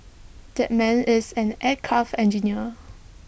that man is an aircraft engineer